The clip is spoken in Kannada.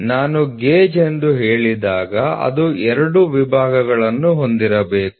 ನಾನು ಗೇಜ್ ಎಂದು ಹೇಳಿದಾಗ ಅದು ಎರಡು ವಿಭಾಗಗಳನ್ನು ಹೊಂದಿರಬೇಕು